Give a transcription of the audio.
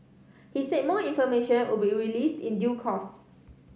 he said more information would be released in due course